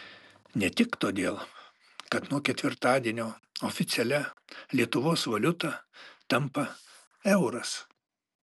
ne tik todėl kad nuo ketvirtadienio oficialia lietuvos valiuta tampa euras